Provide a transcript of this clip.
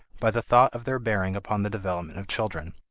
by the thought of their bearing upon the development of children.